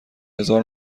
هزار